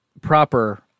proper